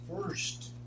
first